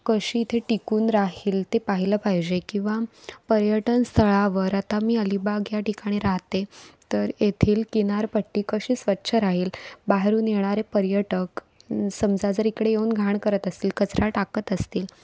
कशी इथे टिकून राहील ते पाहिलं पाहिजे किंवा पर्यटन स्थळावर आता मी अलिबाग ह्या ठिकाणी राहते तर येथील किनारपट्टी कशी स्वच्छ राहील बाहेरून येणारे पर्यटक समजा जर इकडे येऊन घाण करत असतील कचरा टाकत असतील